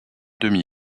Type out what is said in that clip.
demi